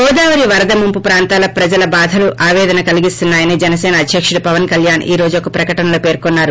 గోదావరి వరద ముంపు ప్రాంతాల ప్రజల బాధలు ఆపేదన కలిగిస్తున్నా యని జనసేన అధ్యకుడు పవన్ కళ్యాణ్ ఈ రోజు ఒక ప్రకటనలో పేర్కొన్నారు